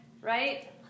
right